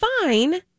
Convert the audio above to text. fine